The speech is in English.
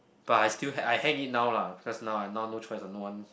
but I still I hang it now lah because now I now no choice ah no ones